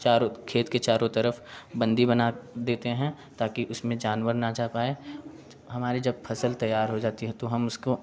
चारों खेत के चारों तरफ बंदी बना देते हैं ताकि उसमें जानवर न जा पाए हमारे जब फसल तैयार हो जाती है तो हम उसको